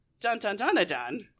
Dun-dun-dun-a-dun